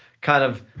kind of,